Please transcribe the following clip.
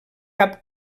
cap